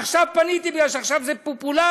"עכשיו פניתי" כי עכשיו זה פופולרי,